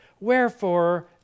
Wherefore